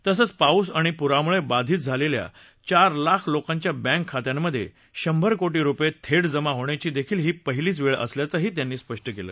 तसंच पाऊस आणि पुरामुळे बाधित झालेल्या चार लाख लोकांच्या बँक खात्यांमध्ये शंभर कोटी रुपये थेट जमा होण्याचीदेखील ही पहिलीच वेळ असल्याचंही ते म्हणाले